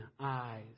eyes